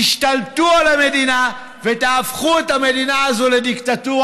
תשתלטו על המדינה ותהפכו את המדינה הזאת לדיקטטורה,